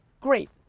Great